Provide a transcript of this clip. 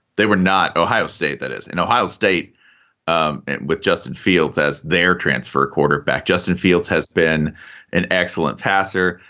they were not. ohio state, that is an ohio state um with justin fields as their transfer quarterback. justin fields has been an excellent passer.